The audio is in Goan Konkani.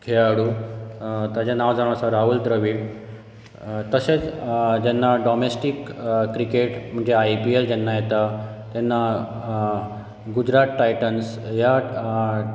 खेळाडू ताचें नांव जावन आसा राहूल द्रविड तशेंच जेन्ना डॉमेस्टीक क्रिकेट म्हणजे आय पी एल जेन्ना येता गुजरात टायटन्स ह्या